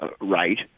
right